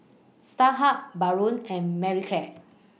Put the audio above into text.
Starhub Braun and Marie Claire